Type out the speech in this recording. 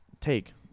take